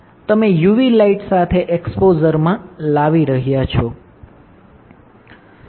તમે UV light સાથે એક્સ્પોઝરમાં લાવી રહ્યાં છો